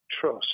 trust